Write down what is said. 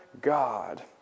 God